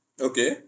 Okay